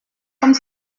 comme